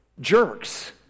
jerks